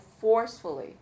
forcefully